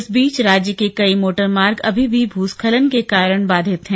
इस बीच राज्य के कई मोटर मार्ग अभी भी भूस्खलन के कारण बाधित हैं